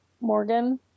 Morgan